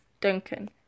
Duncan